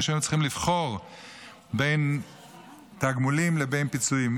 שהן היו צריכות לבחור בין תגמולים לבין פיצויים,